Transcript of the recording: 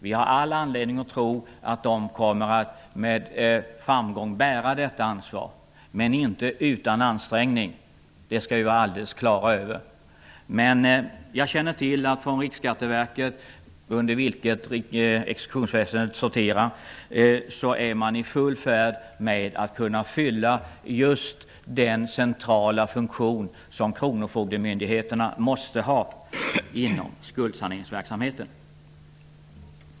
Vi har all anledning att tro att den kommer att bära detta ansvar med stor framgång men inte utan ansträngning, det skall vi vara klara över. Jag känner till att man på Riksskatteverket, under vilket exekutionsväsendet sorterar, är i full färd med att se till att kunna fylla just den centrala funktion som kronofogdemyndigheterna måste ha inom skuldsaneringsverksamheten.